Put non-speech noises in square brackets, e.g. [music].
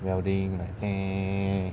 welding like [noise]